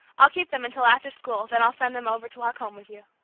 i'll keep them until after school, then i'll send them over to walk home with you.